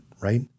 right